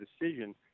decision